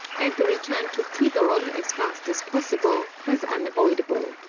and the return to tidor as fast as possible was unavoidable.